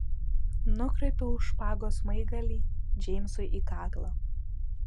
nukreipiau špagos smaigalį džeimsui į kaklą